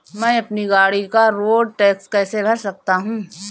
मैं अपनी गाड़ी का रोड टैक्स कैसे भर सकता हूँ?